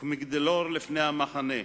וכמגדלור לפני המחנה.